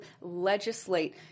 legislate